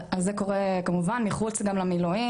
אז זה קורה כמובן מחוץ גם למילואים